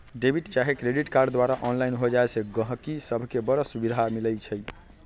debit चाहे credit card द्वारा online हो जाय से गहकि सभके बड़ सुभिधा मिलइ छै